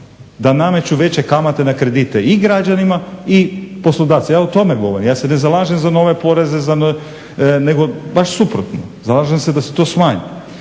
Da nameću veće kamate na kredite i građanima i poslodavcima. Ja o tome govorim, ja se ne zalažem za nove poreze nego baš suprotno zalažem se da se to smanji.